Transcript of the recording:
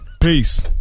Peace